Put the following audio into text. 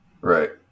Right